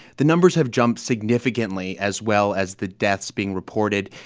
the numbers have jumped significantly, as well as the deaths being reported.